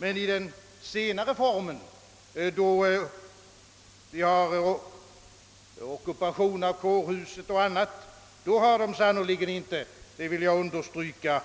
Men i den senare formen av opposition med ockupation av kårhuset o. d. har de sannerligen inte — det vill jag understryka